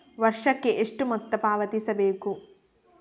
ವರ್ಷಕ್ಕೆ ಎಷ್ಟು ಮೊತ್ತ ಪಾವತಿಸಬೇಕು?